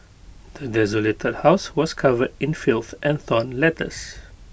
the desolated house was covered in filth and torn letters